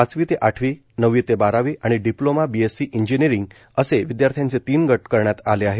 पाचवी ते आठवी नववी ते बारावी आणि डिप्लोमा बीएस्सी इंजिनिअरिंग असे विद्यार्थ्यांचे तीन गट करण्यात आले आहेत